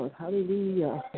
hallelujah